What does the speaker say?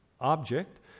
object